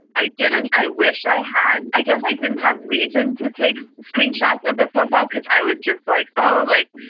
i didn't. i wish i had. i guess i didn't have reason to take screenshots of the profile cause i was just like, oh, like,